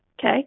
Okay